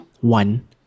One